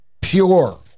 pure